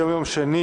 היום יום שני,